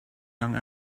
young